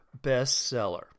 bestseller